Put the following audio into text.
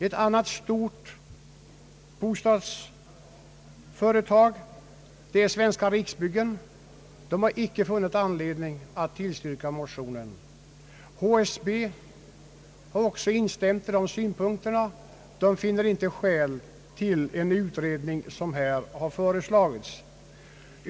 Ett stort bostadsföretag, nämligen Svenska Riksbyggen, har inte funnit anledning att tillstyrka motionen. Även HSB har instämt i dessa synpunkter och finner inte skäl för den utredning som har föreslagits.